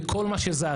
וכל מה שזז.